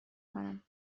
کنم